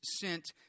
sent